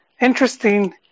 interesting